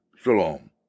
Shalom